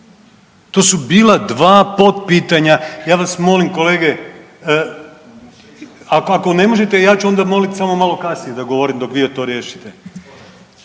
to su bila dva potpitanja, ja vas molim kolege, ako, ako ne možete ja ću onda molit samo malo kasnije da govorim dok vi to riješite.